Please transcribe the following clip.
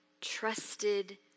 trusted